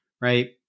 right